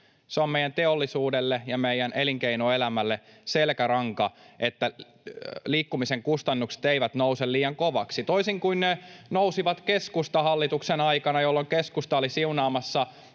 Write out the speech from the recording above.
Se on meidän teollisuudelle ja meidän elinkeinoelämälle selkäranka, että liikkumisen kustannukset eivät nouse liian koviksi, toisin kuin ne nousivat keskustahallituksen aikana, jolloin keskusta oli siunaamassa